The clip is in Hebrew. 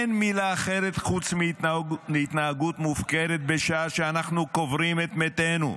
אין מילה אחרת חוץ מהתנהגות מופקרת בשעה שאנחנו קוברים את מתינו.